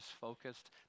focused